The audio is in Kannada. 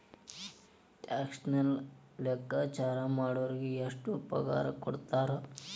ಟ್ಯಾಕ್ಸನ್ನ ಲೆಕ್ಕಾಚಾರಾ ಮಾಡೊರಿಗೆ ಎಷ್ಟ್ ಪಗಾರಕೊಡ್ತಾರ??